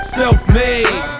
self-made